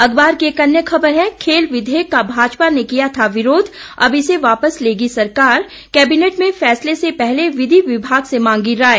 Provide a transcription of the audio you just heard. अखबार की एक अन्य खबर है खेल विघेयक का भाजपा ने किया था विरोध अब इसे वापस लेगी सरकार कैबिनेट में फैसले से पहले विधि विभाग से मांगी राय